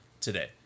today